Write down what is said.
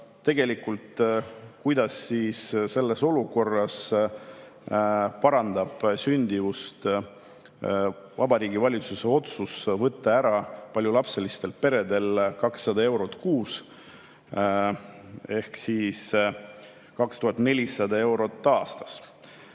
Aga kuidas siis selles olukorras parandab sündimust Vabariigi Valitsuse otsus võtta ära paljulapselistelt peredelt 200 eurot kuus ehk 2400 eurot aastas?